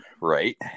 right